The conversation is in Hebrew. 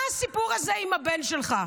מה הסיפור הזה עם הבן שלך?